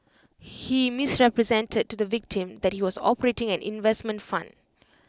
he misrepresented to the victim that he was operating an investment fund